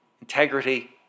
integrity